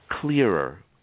clearer